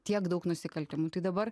tiek daug nusikaltimų tai dabar